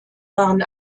waren